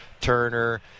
Turner